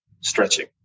stretching